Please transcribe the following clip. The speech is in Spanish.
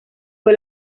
fue